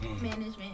Management